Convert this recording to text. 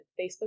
Facebook